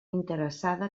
interessada